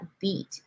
beat